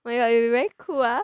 oh my god you very cool ah